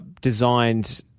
designed